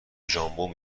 ژامبون